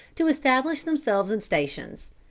to establish themselves in stations.